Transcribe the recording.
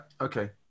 okay